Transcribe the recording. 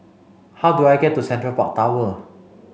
how do I get to Central Park Tower